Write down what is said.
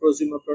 prosumer